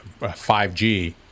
5g